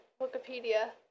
Wikipedia